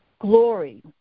glory